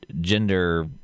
gender